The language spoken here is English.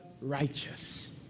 righteous